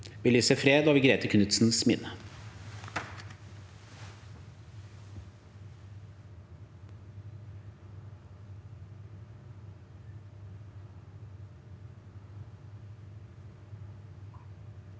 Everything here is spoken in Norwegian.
Vi lyser fred over Grete Knudsens minne.